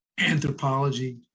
anthropology